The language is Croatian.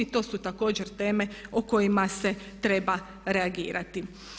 To su također teme o kojima se treba reagirati.